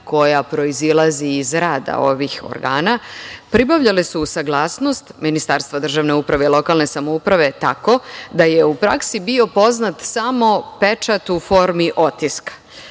koja proizilazi iz rada ovih organa, pribavljanje su saglasnost Ministarstva državne uprave i lokalne samouprave tako da je u praksi bio poznat samo pečat u formi otiska.